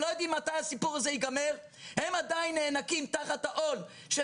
הם לא יודעים מתי הסיפור ייגמר והם עדיין נאנקים תחת העול של